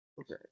Okay